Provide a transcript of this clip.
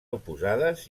oposades